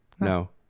No